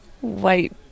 white